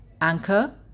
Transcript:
Anchor